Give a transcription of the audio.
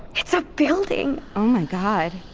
it's a building! oh my god.